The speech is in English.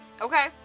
Okay